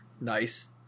Nice